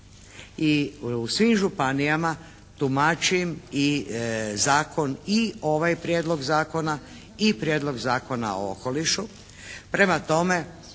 i u svim županijama tumačim i zakon i ovaj Prijedlog zakona i Prijedlog Zakona o okolišu.